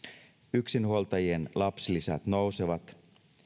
yksinhuoltajien lapsilisät nousevat